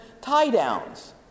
tie-downs